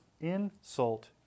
insult